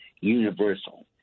universal